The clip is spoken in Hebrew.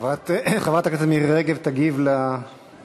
חברת הכנסת מירי רגב תגיב על ההסתייגויות.